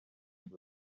gusa